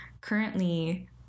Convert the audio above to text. currently